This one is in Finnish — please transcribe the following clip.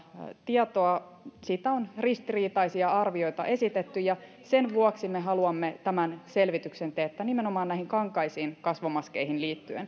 tietoa siitä on ristiriitaisia arvioita esitetty ja sen vuoksi me haluamme tämän selvityksen teettää nimenomaan näihin kankaisiin kasvomaskeihin liittyen